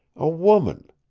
a woman!